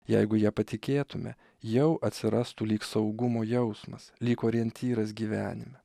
jeigu ja patikėtume jau atsirastų lyg saugumo jausmas lyg orientyras gyvenime